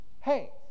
Hey